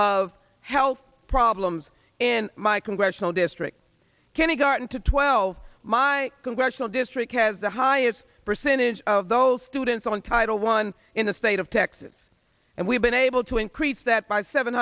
of health problems in my congressional district kindergarten to twelve my congressional district has the highest percentage of those students on title one in the state of texas and we've been able to increase that by seven